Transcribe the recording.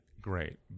great